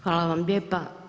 Hvala vam lijepa.